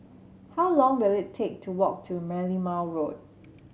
how long will it take to walk to Merlimau Road